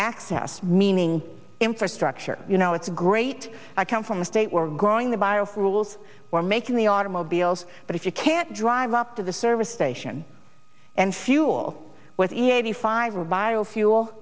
access meaning infrastructure you know it's great i come from the state we're growing the biofuels we're making the automobiles but if you can't drive up to the service station and fuel with eighty five revile fuel